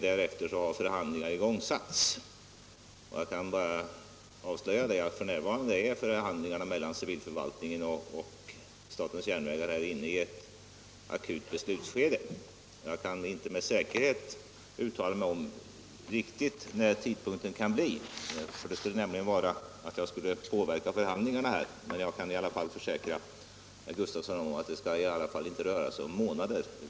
Därefter har förhandlingar igångsatts. Jag kan avslöja att förhandlingarna mellan civilförvaltningen och statens järnvägar är inne i ett akut beslutsskede. Jag kan inte med säkerhet uttala mig om tidpunkten för arbetets avslutande. Det skulle nämligen innebära att jag påverkade förhandlingarna. Jag kan i alla fall försäkra herr Gustavsson att det inte rör sig om månader.